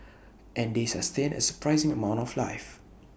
and they sustain A surprising amount of life